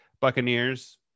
Buccaneers